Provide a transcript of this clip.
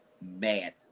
mad